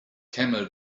camel